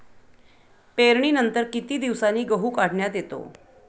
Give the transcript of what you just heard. पेरणीनंतर किती दिवसांनी गहू काढण्यात येतो?